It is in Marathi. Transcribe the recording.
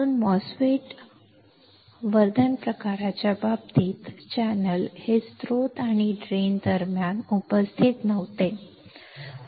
म्हणून MOSFET वर्धन प्रकाराच्या बाबतीत चॅनेल हे स्त्रोत आणि ड्रेन दरम्यान उपस्थित नव्हते